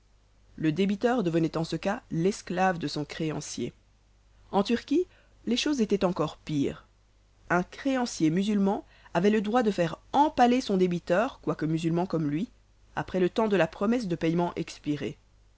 le débiteur devenait en ce cas l'esclave de son créancier en turquie les choses étaient encore pires un créancier musulman avait le droit de faire empaler son débiteur quoique musulman comme lui après le temps de la promesse de paiement expiré